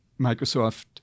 Microsoft